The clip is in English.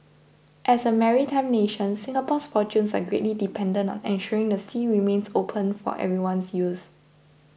as a maritime nation Singapore's fortunes are greatly dependent on ensuring the sea remains open for everyone's use